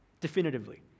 definitively